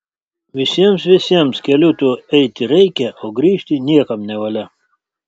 visiems visiems keliu tuo eiti reikia o grįžti niekam nevalia